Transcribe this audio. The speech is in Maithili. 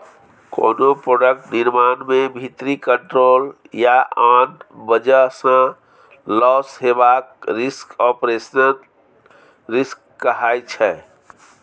कोनो प्रोडक्ट निर्माण मे भीतरी कंट्रोल या आन बजह सँ लौस हेबाक रिस्क आपरेशनल रिस्क कहाइ छै